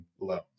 loans